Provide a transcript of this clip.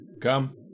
Come